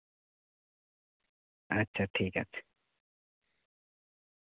ᱟᱪᱪᱷᱟ ᱴᱷᱤᱠ ᱟᱪᱷᱮ